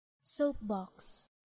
Soapbox